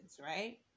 right